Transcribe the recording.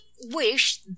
wish